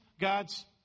God's